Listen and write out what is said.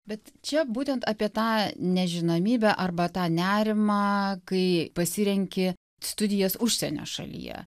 bet čia būtent apie tą nežinomybę arba tą nerimą kai pasirenki studijas užsienio šalyje